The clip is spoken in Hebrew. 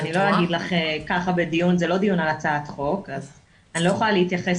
אני יודעת שהוגשו המון הצעות חוק אבל אני לא יכולה להתייחס